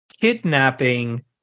kidnapping